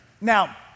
Now